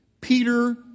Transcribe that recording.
Peter